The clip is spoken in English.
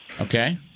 Okay